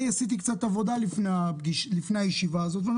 אני עשיתי קצת עבודה לפני הישיבה הזאת ואני